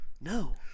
No